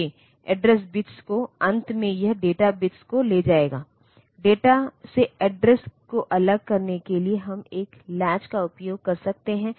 तो यदि आप कम गति के डेटा स्थानांतरण से संतुष्ट हैं तो आप इस SID और SOD लाइन के माध्यम से सीरियल कम्युनिकेशन के लिए जा सकते हैं